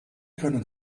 können